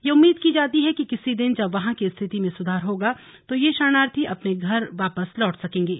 यह उम्मीद की जाती है कि किसी दिन जब वहां की स्थिति में सुधार होगा तो यह शरणार्थी अपने घर वापस लौट जाएंगे